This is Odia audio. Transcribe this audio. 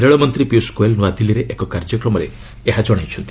ରେଳମନ୍ତ୍ରୀ ପିୟୁଷ ଗୋଏଲ ନୂଆଦିଲ୍ଲୀର ଏକ କାର୍ଯ୍ୟକ୍ରମରେ ଏହା କହିଚ୍ଛନ୍ତି